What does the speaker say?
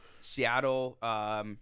Seattle